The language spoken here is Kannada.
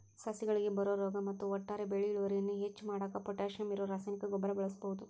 ಸಸಿಗಳಿಗೆ ಬರೋ ರೋಗ ಮತ್ತ ಒಟ್ಟಾರೆ ಬೆಳಿ ಇಳುವರಿಯನ್ನ ಹೆಚ್ಚ್ ಮಾಡಾಕ ಪೊಟ್ಯಾಶಿಯಂ ಇರೋ ರಾಸಾಯನಿಕ ಗೊಬ್ಬರ ಬಳಸ್ಬಹುದು